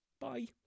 bye